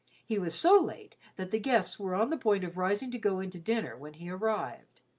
he was so late that the guests were on the point of rising to go in to dinner when he arrived.